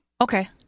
Okay